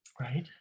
Right